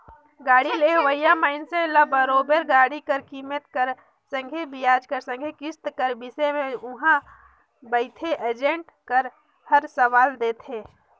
गाड़ी लेहोइया मइनसे ल बरोबेर गाड़ी कर कीमेत कर संघे बियाज कर संघे किस्त कर बिसे में उहां बइथे एजेंट हर सलाव देथे